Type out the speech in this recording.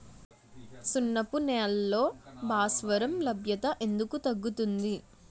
సున్నపు నేలల్లో భాస్వరం లభ్యత ఎందుకు తగ్గుతుంది?